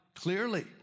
clearly